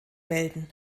melden